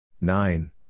Nine